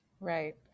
Right